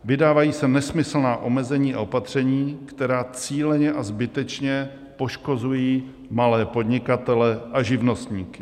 Vydávají se nesmyslná omezení a opatření, která cíleně a zbytečně poškozují malé podnikatele a živnostníky.